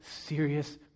serious